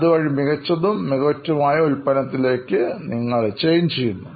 അതുവഴി മികച്ചതും മികവുറ്റ തുമായ ഉൽപന്നത്തിലേക്ക് മാറുന്നു